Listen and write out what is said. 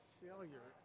failure